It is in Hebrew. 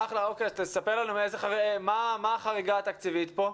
תספר לנו מה החריגה התקציבית פה.